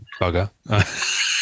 bugger